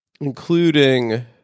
including